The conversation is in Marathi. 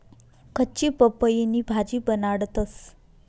कच्ची पपईनी भाजी बनाडतंस